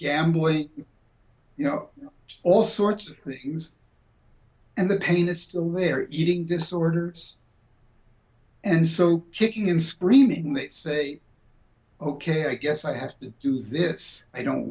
gambling you know all sorts of things and the pain is to live there eating disorders and so kicking and screaming that say ok i guess i have to do this i don't